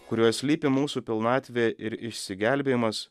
kurioje slypi mūsų pilnatvė ir išsigelbėjimas